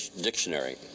Dictionary